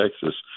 Texas